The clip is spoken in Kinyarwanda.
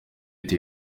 ibi